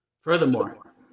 furthermore